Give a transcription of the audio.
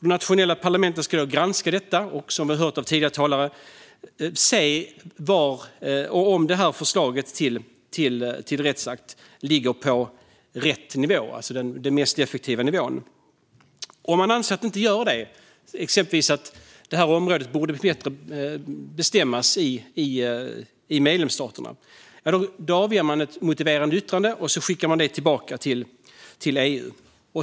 De nationella parlamenten ska då granska detta och, som vi hört av tidigare talare, se om förslaget till rättsakt ligger på rätt nivå - alltså den mest effektiva nivån. Om man anser att det inte gör det utan att det bättre bestäms i medlemsstaterna avger man ett motiverande yttrande och skickar tillbaka det till EU.